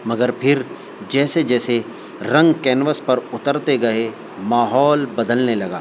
مگر پھر جیسے جیسے رنگ کینوس پر اترتے گئے ماحول بدلنے لگا